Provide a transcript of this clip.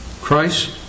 Christ